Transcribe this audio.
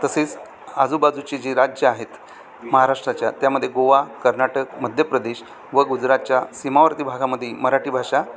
तसेच आजूबाजूची जी राज्य आहेत महाराष्ट्राच्या त्यामध्ये गोवा कर्नाटक मध्य प्रदेश व गुजरातच्या सीमावर्ती भागामध्ये मराठी भाषा